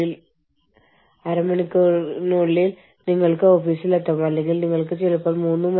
കൂടാതെ അതിനുള്ള അർഹമായ ക്രെഡിറ്റ് ഞാൻ അവർക്ക് നൽകുന്നു